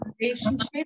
relationship